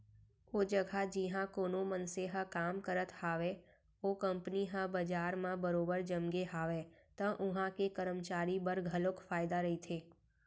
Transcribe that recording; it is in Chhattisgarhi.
ओ जघा जिहाँ कोनो मनसे ह काम करत हावय ओ कंपनी ह बजार म बरोबर जमगे हावय त उहां के करमचारी बर घलोक फायदा रहिथे